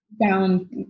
Down